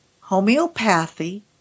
homeopathy